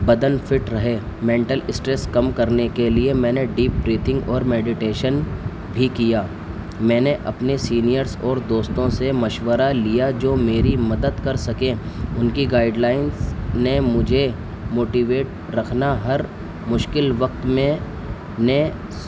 بدن فٹ رہے mental stress کم کرنے کے لیے میں نے ڈیپ بریتھنگ اور میڈیٹیشن بھی کیا میں نے اپنے سینئرس اور دوستوں سے مشورہ لیا جو میری مدد کر سکیں ان کی گائیڈلائنس نے مجھے موٹیویٹ رکھنا ہر مشکل وقت میں نے